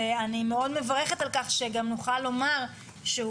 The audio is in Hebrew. אני מאוד מברכת על כך שגם נוכל לומר שהוא